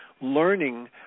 learning